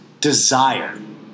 desire